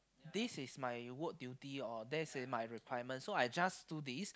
this is my work duty or that's in my requirement so I just do this